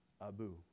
Abu